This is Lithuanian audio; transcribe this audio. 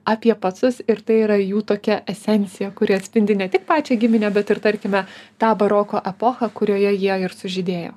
apie pacus ir tai yra jų tokia esencija kuri atspindi ne tik pačią giminę bet ir tarkime tą baroko epochą kurioje jie ir sužydėjo